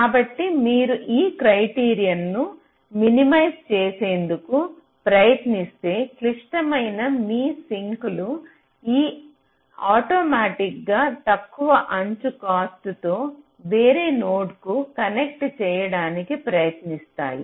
కాబట్టి మీరు ఈ క్రైటీరియా ను మినిమైజ్ చేసేందుకు ప్రయత్నిస్తే క్లిష్టమైన మీ సింక్ లు ఆటోమేటిక్గా గా తక్కువ అంచు కాస్ట్ తో వేరే నోడ్కు కనెక్ట్ చేయడానికి ప్రయత్నిస్తాయి